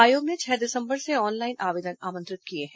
आयोग ने छह दिसंबर से ऑनलाइन आवेदन आमंत्रित किए हैं